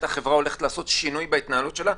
החברה הולכת לעשות שינוי בהתנהלות שלה,